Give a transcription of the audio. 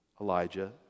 Elijah